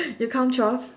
you count twelve